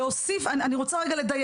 אני אפרט